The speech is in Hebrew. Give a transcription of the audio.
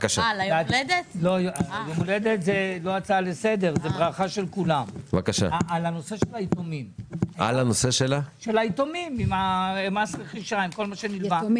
לגבי הנושא של היתומים עם מס הרכישה וכל מה שנלווה לזה.